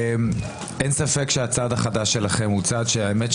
אין ספק שהצעד החדש שלכם הוא צעד שגם אתה,